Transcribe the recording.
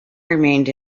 remained